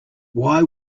why